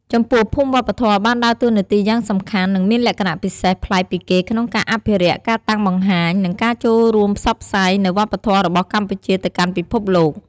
ចំពោះភូមិវប្បធម៌បានដើរតួនាទីយ៉ាងសំខាន់ និងមានលក្ខណៈពិសេសប្លែកពីគេក្នុងការអភិរក្ស ការតាំងបង្ហាញ និងការចូលរួមផ្សព្វផ្សាយនូវវប្បធម៌របស់កម្ពុជាទៅកាន់ពិភពលោក។